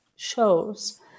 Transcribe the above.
shows